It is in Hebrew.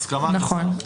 נכון.